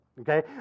Okay